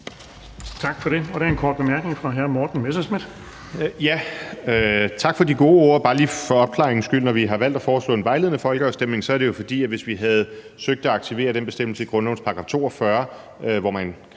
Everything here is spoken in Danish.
Tak for det. Der er en kort bemærkning fra hr. Morten Messerschmidt. Kl. 13:11 Morten Messerschmidt (DF): Tak for de gode ord. Bare lige for opklaringens skyld: Når vi har valgt at foreslå en vejledende folkeafstemning, skyldes det, at hvis vi havde søgt at aktivere den bestemmelse i grundlovens § 42, hvor man